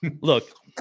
Look